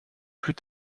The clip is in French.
plus